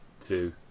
two